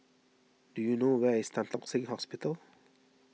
do you know where is Tan Tock Seng Hospital